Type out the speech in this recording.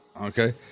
Okay